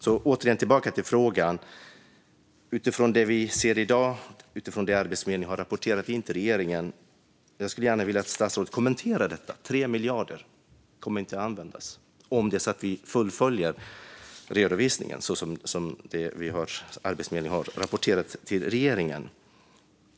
Låt mig återgå till frågan. Jag skulle gärna vilja höra statsrådet kommentera detta utifrån det vi ser i dag och det som Arbetsförmedlingen har rapporterat in till regeringen. Det är 3 miljarder som inte kommer att användas om vi fullföljer det som Arbetsförmedlingen har rapporterat in till regeringen.